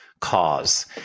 cause